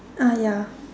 uh ya